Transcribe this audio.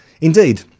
Indeed